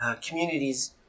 communities